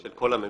של כל הממשלה.